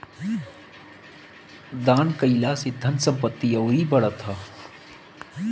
दान कईला से धन संपत्ति अउरी बढ़त ह